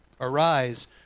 Arise